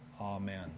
Amen